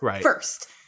first